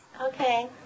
Okay